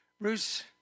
Bruce